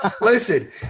listen